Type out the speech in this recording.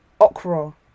okra